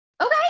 Okay